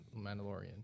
mandalorian